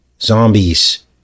zombies